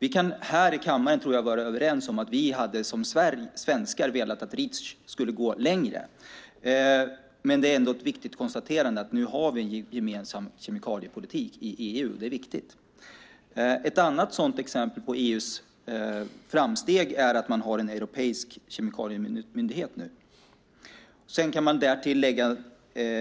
Jag tror att vi här i kammaren kan vara överens om att vi som svenskar hade velat att Reach skulle gå längre, men det är ändå ett viktigt konstaterande att vi nu har en gemensam kemikaliepolitik i EU. Ett annat exempel på EU:s framsteg är att man nu har en europeisk kemikaliemyndighet. Därtill kan man lägga